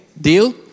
Deal